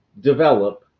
develop